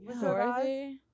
Dorothy